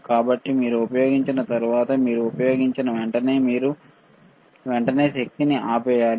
కాబట్టి మీరు ఉపయోగించిన తర్వాత మీరు ఉపయోగించిన వెంటనే మీరు వెంటనే శక్తిని ఆపివేయాలి